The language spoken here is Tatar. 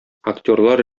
актерлар